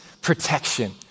protection